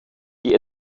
die